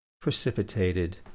precipitated